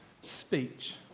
speech